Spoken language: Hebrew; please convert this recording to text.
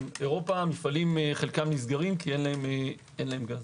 מפעלים חלקם נסגרים כי אין להם גז.